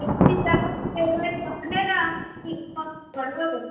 बेसी गाछ लेबै तहने ने हम किछु कम करब